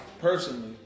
personally